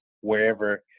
wherever